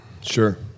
Sure